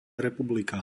republika